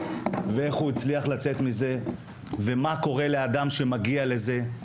איך הוא הצליח לצאת מזה ומה קורה לאדם שמגיע לזה.